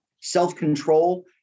self-control